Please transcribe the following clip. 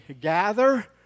gather